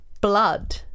blood